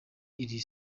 iri